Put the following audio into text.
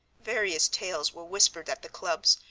various tales were whispered at the clubs,